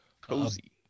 cozy